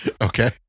Okay